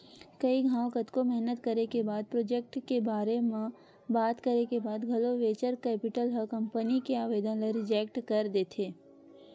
कई घांव कतको मेहनत करे के बाद प्रोजेक्ट के बारे म बात करे के बाद घलो वेंचर कैपिटल ह कंपनी के आबेदन ल रिजेक्ट कर देथे